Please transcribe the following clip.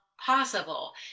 possible